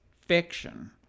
fiction